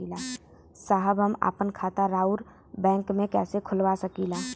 साहब हम आपन खाता राउर बैंक में कैसे खोलवा सकीला?